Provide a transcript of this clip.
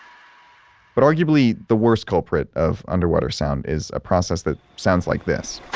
but arguably, the worst culprit of underwater sound is a process that sounds like this.